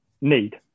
need